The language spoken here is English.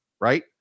right